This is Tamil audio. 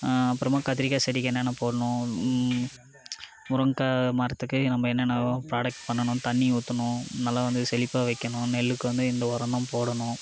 அப்புறமா கத்திரிக்காய் செடிக்கு என்னென்ன போடணும் முருங்கை காய் மரத்துக்கு எ நம்ம என்னென்ன பிராடக்ட் பண்ணணும் தண்ணி ஊற்றணும் நல்லா வந்து செழிப்பாக வைக்கணும் நெல்லுக்கு வந்து இந்த உரம்தான் போடணும்